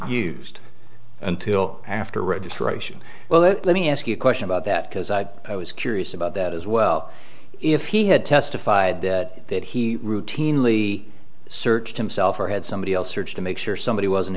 used until after registration well let me ask you a question about that because i was curious about that as well if he had testified that he routinely searched himself or had somebody else searched to make sure somebody wasn't